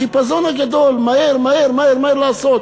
החיפזון הגדול, מהר, מהר, מהר, מהר לעשות.